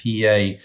PA